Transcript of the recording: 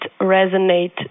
resonate